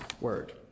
word